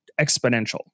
exponential